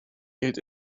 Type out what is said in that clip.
geld